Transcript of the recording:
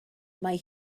mae